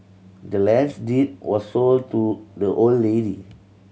the land's deed was sold to the old lady